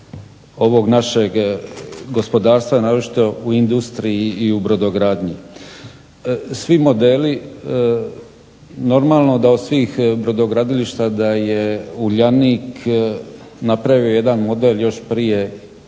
ovog našeg gospodarstva naročito u industriji i u brodogradnji. Svi modeli normalno da od svih brodogradilišta da je Uljanik napravio jedan model još prije